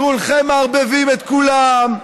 כולם מערבבים את כולם.